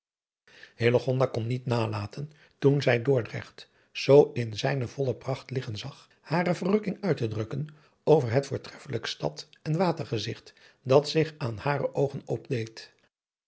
kon niet nalaten toen zij dordrecht zoo in zijne volle pracht liggen zag hare verrukking uit te drukken over het voortreffelijk stad en watergezigt dat zich aan hare oogen